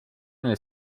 nel